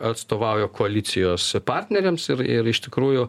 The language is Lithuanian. atstovauja koalicijos partneriams ir ir iš tikrųjų